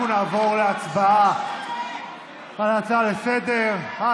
אנחנו נעבור להצבעה על הצעה לסדר-היום.